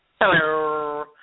Hello